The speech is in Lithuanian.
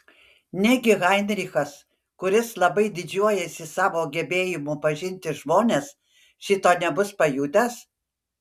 negi heinrichas kuris labai didžiuojasi savo gebėjimu pažinti žmones šito nebus pajutęs